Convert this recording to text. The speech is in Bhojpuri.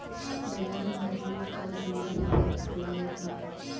बजार में जूट क झोला भी बिक रहल हउवे